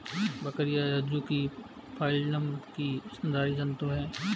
बकरियाँ रज्जुकी फाइलम की स्तनधारी जन्तु है